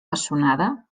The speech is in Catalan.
pessonada